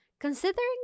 Considering